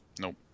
Nope